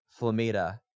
Flamita